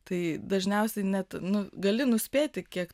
tai dažniausiai net nu gali nuspėti kiek